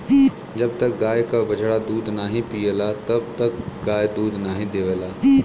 जब तक गाय क बछड़ा दूध नाहीं पियला तब तक गाय दूध नाहीं देवला